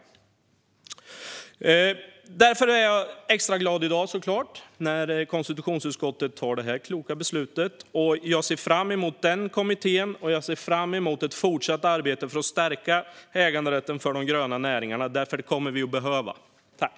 Självklart är jag därför extra glad i dag när konstitutionsutskottet tar detta kloka beslut. Jag ser fram emot den kommittén, och jag ser fram emot ett fortsatt arbete för att stärka äganderätten för de gröna näringarna. Det kommer vi nämligen att behöva göra.